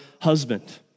husband